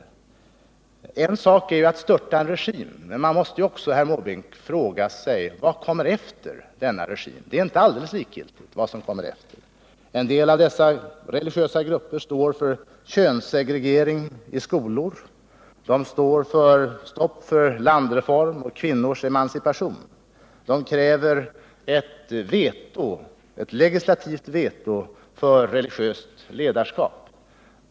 Det är en sak att störta en regim, men man måste också, herr Måbrink, fråga sig vad som kommer efter denna regim — det är inte alldeles likgiltigt. En del av de religiösa grupperna står för könssegregering i skolor. De vill ha ett stopp för landreform och kvinnors emancipation, och de kräver ett legislativt veto för religiöst ledarskap.